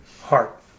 heart